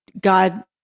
God